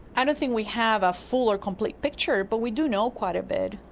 i don't think we have a full or complete picture but we do know quite a bit.